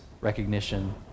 recognition